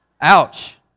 Ouch